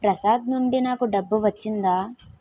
ప్రసాద్ నుండి నాకు డబ్బు వచ్చిందా